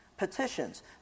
petitions